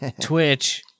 Twitch